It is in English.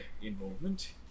involvement